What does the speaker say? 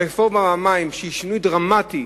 הרפורמה במים, שהיא שינוי דרמטי